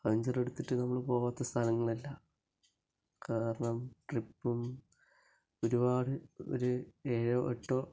അവഞ്ചറെടുത്തിട്ട് നമ്മൾ പോകാത്ത സ്ഥലങ്ങളില്ല കാരണം ട്രിപ്പും ഒരുപാട് ഒരു ഏഴോ എട്ടോ